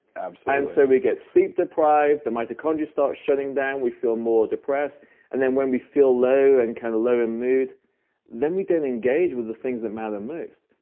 absolutely. and so we get sleep deprived, the mitochondria start shutting down, we feel more depressed and then when we feel low and kind of low in mood then we don't engage with the things that matter most.